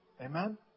Amen